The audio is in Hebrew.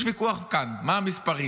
יש ויכוח כאן מה המספרים.